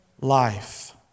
life